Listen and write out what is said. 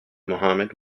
mohammad